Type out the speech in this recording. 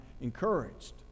encouraged